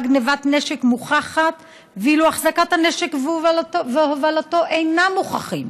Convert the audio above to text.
שבה גנבת הנשק מוכחת ואילו החזקת הנשק והובלתו אינם מוכחים.